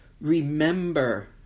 Remember